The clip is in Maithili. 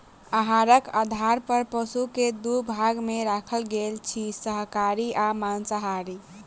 आहारक आधार पर पशु के दू भाग मे राखल गेल अछि, शाकाहारी आ मांसाहारी